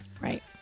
Right